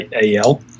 A-L